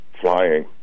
flying